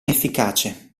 efficace